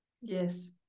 yes